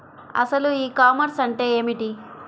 అసలు ఈ కామర్స్ అంటే ఏమిటి?